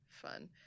fun